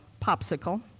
popsicle